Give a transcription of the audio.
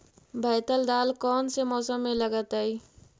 बैतल दाल कौन से मौसम में लगतैई?